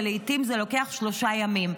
ולעיתים זה לוקח שלושה ימים.